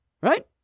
right